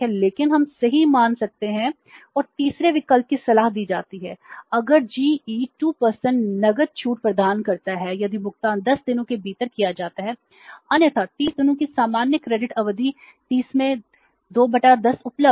लेकिन हम सही मान सकते हैं और तीसरे विकल्प की सलाह दी जाती है अगर जीई 2 नकद छूट प्रदान करता है यदि भुगतान 10 दिनों के भीतर किया जाता है अन्यथा 30 दिनों की सामान्य क्रेडिट अवधि 30 में 210 उपलब्ध है